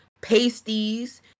pasties